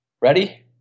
Ready